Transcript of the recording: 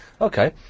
okay